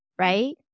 right